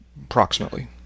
Approximately